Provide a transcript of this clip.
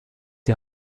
die